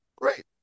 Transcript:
great